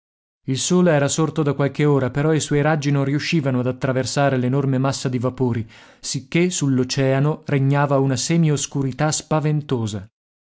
il sole era sorto da qualche ora però i suoi raggi non riuscivano ad attraversare l'enorme massa di vapori sicché sull'oceano regnava una semioscurità spaventosa